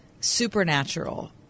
supernatural